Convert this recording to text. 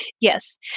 Yes